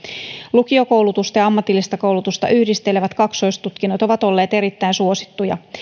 lukiokoulutusta ja ammatillista koulutusta yhdistelevät kaksoistutkinnot ovat olleet erittäin suosittuja